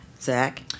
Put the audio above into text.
Zach